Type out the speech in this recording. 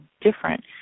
different